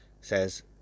says